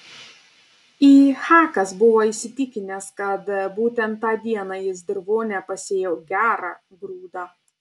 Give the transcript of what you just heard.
ichakas buvo įsitikinęs kad būtent tą dieną jis dirvone pasėjo gerą grūdą